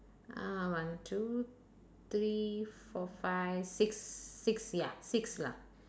uh one two three four five six six ya six lah